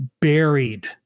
buried